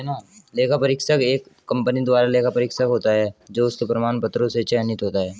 लेखा परीक्षक एक कंपनी द्वारा लेखा परीक्षक होता है जो उसके प्रमाण पत्रों से चयनित होता है